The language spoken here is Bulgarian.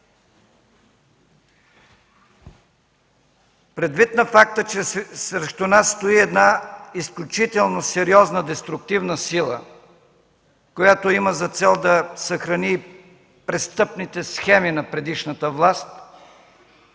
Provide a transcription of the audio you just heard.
Предвид факта, че срещу нас стои една изключително сериозна деструктивна сила, която има за цел да съхрани престъпните схеми на предишната власт,